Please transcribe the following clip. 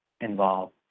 involved